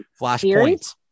Flashpoint